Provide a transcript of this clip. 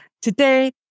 Today